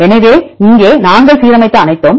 எனவே இங்கே நாங்கள் சீரமைத்த அனைத்தும்